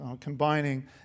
combining